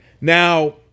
now